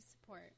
support